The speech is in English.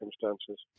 circumstances